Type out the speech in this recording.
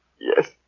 Yes